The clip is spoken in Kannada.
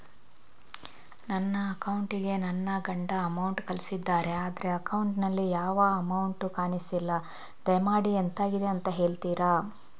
ನನ್ನ ಅಕೌಂಟ್ ಗೆ ನನ್ನ ಗಂಡ ಅಮೌಂಟ್ ಕಳ್ಸಿದ್ದಾರೆ ಆದ್ರೆ ಅಕೌಂಟ್ ನಲ್ಲಿ ಯಾವ ಅಮೌಂಟ್ ಕಾಣಿಸ್ತಿಲ್ಲ ದಯಮಾಡಿ ಎಂತಾಗಿದೆ ಅಂತ ಹೇಳ್ತೀರಾ?